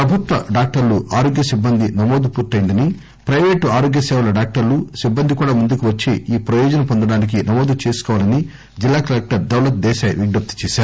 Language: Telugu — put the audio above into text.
ప్రభుత్వ డాక్టర్లు ఆరోగ్య సిబ్బంది నమోదు పూర్తయిందని ప్రయిపేటు ఆరోగ్య సేవల డాక్టర్లు సిబ్బంది కూడా ముందుకు వచ్చి ఈ ప్రయోజనం పొందడానికి నమోదు చేసుకోవాలని జిల్లా కలెక్టర్ దౌలత్ దేశాయ్ విజ్ఞప్తి చేశారు